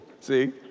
See